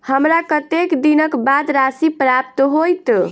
हमरा कत्तेक दिनक बाद राशि प्राप्त होइत?